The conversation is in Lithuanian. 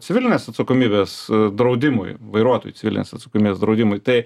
civilinės atsakomybės draudimui vairuotojų civilinės atsakomybės draudimui tai